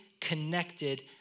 connected